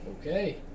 Okay